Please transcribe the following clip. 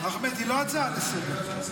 לא מצד שמאל ולא מצד